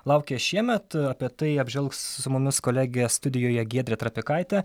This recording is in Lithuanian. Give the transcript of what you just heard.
laukia šiemet apie tai apžvelgs su mumis kolegė studijoje giedrė trapikaitė